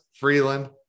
Freeland